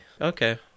Okay